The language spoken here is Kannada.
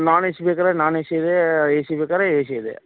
ನಾನ್ ಎ ಸಿ ಬೇಕಾದ್ರೆ ನಾನ್ ಎ ಸಿ ಇದೆ ಎ ಸಿ ಬೇಕಾದ್ರೆ ಎ ಸಿ ಇದೆ